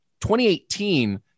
2018